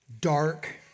dark